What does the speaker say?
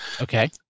Okay